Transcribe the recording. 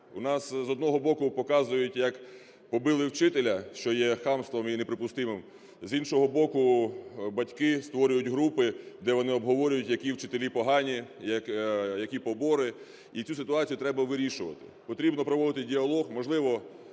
В нас, з одного боку, показують, що побили вчителя, що є хамством і є неприпустимим, з іншого боку, батьки створюють групи, де вони обговорюють, які вчителі погані, які побори. І цю ситуацію треба вирішувати. Потрібно проводити діалог, можливо,